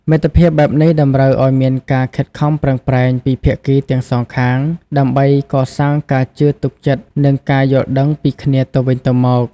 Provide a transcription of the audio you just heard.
មិត្តភាពបែបនេះតម្រូវឲ្យមានការខិតខំប្រឹងប្រែងពីភាគីទាំងសងខាងដើម្បីកសាងការជឿទុកចិត្តនិងការយល់ដឹងពីគ្នាទៅវិញទៅមក។